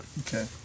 Okay